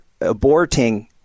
aborting